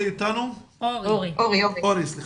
שיר, תודה.